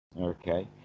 Okay